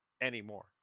anymore